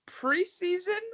Pre-season